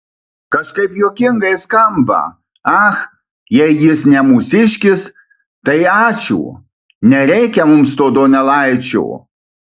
kažkaip juokingai skamba ach jei jis ne mūsiškis tai ačiū nereikia mums to donelaičio